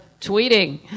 tweeting